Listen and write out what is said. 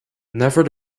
never